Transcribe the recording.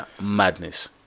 madness